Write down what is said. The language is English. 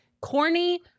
Corny